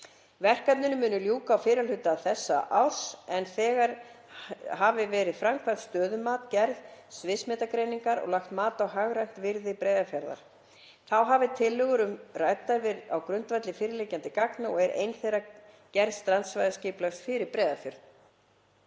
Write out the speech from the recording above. Verkefninu muni ljúka á fyrri hluta þessa árs, en þegar hafi verið framkvæmt stöðumat, gerð sviðsmyndagreining og lagt mat á hagrænt virði Breiðafjarðar. Þá hafi tillögur verið ræddar á grundvelli fyrirliggjandi gagna og er ein þeirra gerð strandsvæðisskipulags fyrir Breiðafjörð.